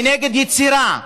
היא נגד יצירה,